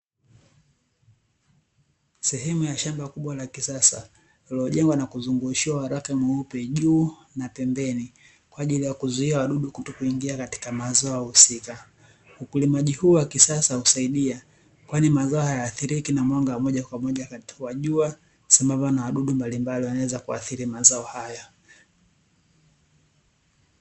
Sehemu ya shamba kubwa la kisasa lililojengwa na kuzungushiwa waraka mweupe juu na pembeni kwaajili ya kuzuia wadudu kutokuingia katika mazao husika, ulimaji huu wa kisasa husaidia kwani mazao hayaathiriki na mwanga wa moja kwa moja wa jua sambamba na wadudu mbalimbali wanao weza kuathiri mazao haya.